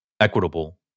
equitable